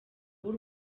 w’u